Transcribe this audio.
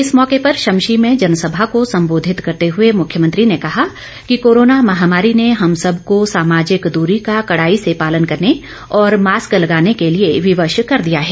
इस मौके पर शमशी में जनसभा को सम्बोधित करते हुए मुख्यमंत्री ने कहा कि कोरोना महामारी ने हम सब को सामाजिक दूरी का कड़ाई से पालन करने और मास्क लगाने के लिए विवश कर दिया है